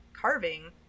carving